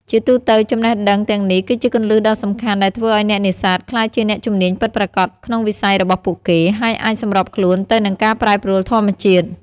ជាទូទៅ ចំណេះដឹងទាំងនេះគឺជាគន្លឹះដ៏សំខាន់ដែលធ្វើឱ្យអ្នកនេសាទក្លាយជាអ្នកជំនាញពិតប្រាកដក្នុងវិស័យរបស់ពួកគេ ហើយអាចសម្របខ្លួនទៅនឹងការប្រែប្រួលធម្មជាតិ។